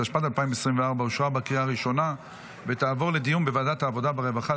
התשפ"ד 2024 לוועדת העבודה והרווחה,